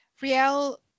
Riel